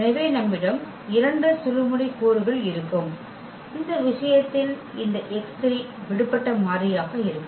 எனவே நம்மிடம் 2 சுழுமுனை கூறுகள் இருக்கும் இந்த விஷயத்தில் இந்த x3 விடுபட்ட மாறியாக இருக்கும்